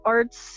Arts